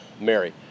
Mary